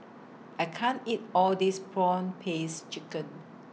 I can't eat All This Prawn Paste Chicken